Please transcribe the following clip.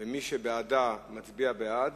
ומי שבעדה, מצביע בעד,